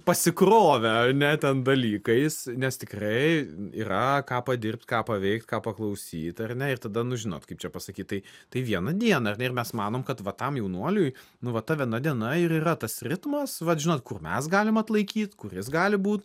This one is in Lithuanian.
pasikrovę ar ne ten dalykais nes tikrai yra ką padirbt ką paveikt ką paklausyt ar ne ir tada nu žinot kaip čia pasakyti tai tai vieną dieną ar ne ir mes manom kad va tam jaunuoliui nu va ta viena diena ir yra tas ritmas vat žinot kur mes galim atlaikyt kuris gali būti